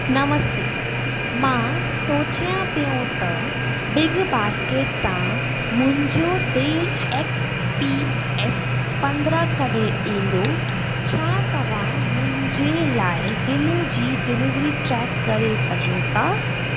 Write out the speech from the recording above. नमस्ते मां सोचियां पियो त बिगबास्केट सां मुंहिंजो डे एक्सपीएस पंद्रहं कॾहिं ईंदो छा तव्हां मुंहिंजे लाइ हिनजी डिलीवरी ट्रैक करे सघो था